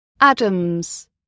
Adams